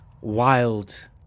wild